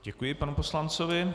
Děkuji panu poslanci.